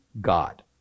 god